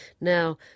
Now